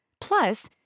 plus